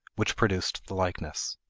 which produced the likeness.